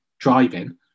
driving